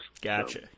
Gotcha